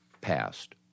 passed